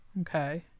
Okay